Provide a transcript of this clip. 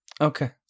Okay